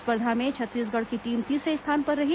स्पर्धा में छत्तीसगढ़ की टीम तीसरे स्थान पर रही